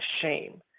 shame